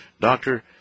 doctor